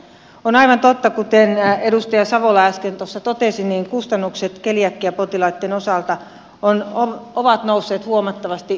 on aivan totta kuten edustaja savola äsken totesi että kustannukset keliakiapotilaitten osalta ovat nousseet huomattavasti